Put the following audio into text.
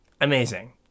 amazing